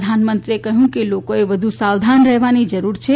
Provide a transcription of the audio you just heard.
પ્રધાનમંત્રીએ કહયું કે લોકોએ વધુ સાવધાન રહેવાની જરૂર છે